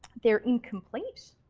they're incomplete.